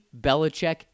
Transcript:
Belichick